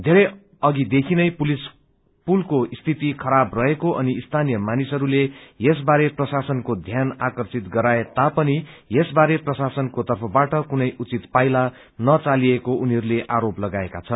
घेरै अघि देखि नै पुलको स्थिति खराब रहेको अनि स्थानिय मानिसहरूले यसबारे प्रशासनको ध्यान आर्कषित गराएता पनि यसबारे प्रशासनको तर्फबाट कुनै उचित पाइला नचालिएको उनीहरूले आरोप लगाएका छन्